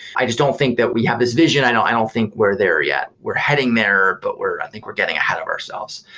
i just don't think that we have this vision. i don't i don't think we're there yet. we're heading there, but i think we're getting ahead of ourselves.